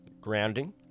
grounding